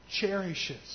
cherishes